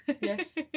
Yes